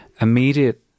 immediate